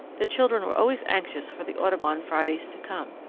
the children were always anxious for the audubon fridays to come.